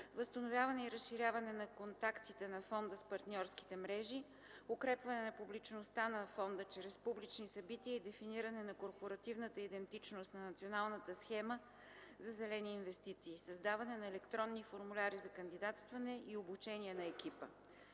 възстановяване и разширяване на контактите на Националния доверителен Еко Фонд в партньорските мрежи; укрепване на публичността на фонда чрез публични събития и дефиниране на корпоративната идентичност на Националната схема за зелени инвестиции; създаване на електронни формуляри за кандидатстване и обучение на екипа.